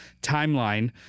timeline